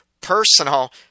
personal